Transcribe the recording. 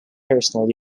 personal